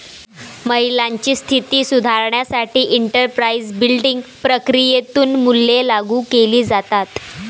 महिलांची स्थिती सुधारण्यासाठी एंटरप्राइझ बिल्डिंग प्रक्रियेतून मूल्ये लागू केली जातात